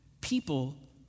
people